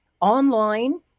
online